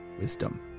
wisdom